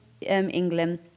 England